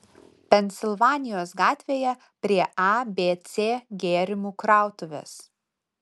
pensilvanijos gatvėje prie abc gėrimų krautuvės